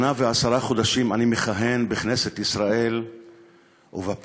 שנה ועשרה חודשים אני מכהן בכנסת ישראל ובפעם